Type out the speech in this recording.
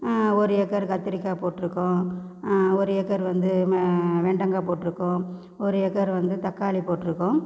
ஒரு ஏக்கர் கத்திரிக்காய் போட்டு இருக்கோம் ஒரு ஏக்கர் வந்து வெ வெண்டங்காய் போட்டு இருக்கோம் ஒரு ஏக்கர் வந்து தக்காளி போட்டு இருக்கோம்